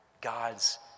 God's